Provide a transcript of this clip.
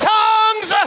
tongues